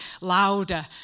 louder